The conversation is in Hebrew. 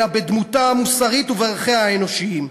אלא בדמותה המוסרית ובערכיה האנושיים".